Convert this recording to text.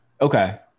Okay